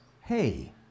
Hey